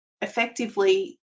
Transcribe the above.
effectively